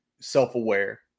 self-aware